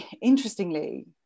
interestingly